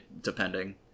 depending